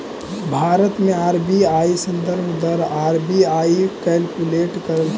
भारत में आर.बी.आई संदर्भ दर आर.बी.आई कैलकुलेट करऽ हइ